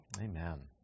Amen